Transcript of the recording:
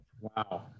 wow